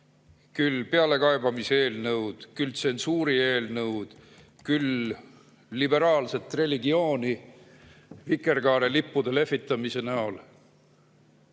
küll pealekaebamise eelnõud, küll tsensuuri eelnõud, küll liberaalse religiooni vikerkaarelippude lehvitamise näol,